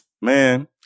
Man